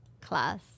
class